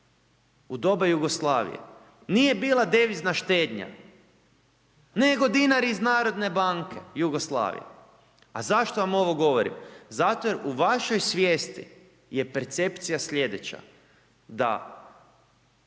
u doba Jugoslavije nije bila devizna štednja nego dinari iz Narodne banke Jugoslavije. A zašto vam ovo govorim? Zato jer u vašoj svijesti je percepcija slijedeća.